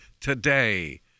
today